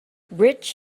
rich